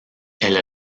elle